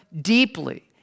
deeply